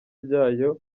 byayo